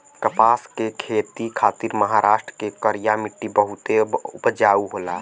कपास के खेती खातिर महाराष्ट्र के करिया मट्टी बहुते उपजाऊ होला